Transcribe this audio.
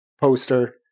poster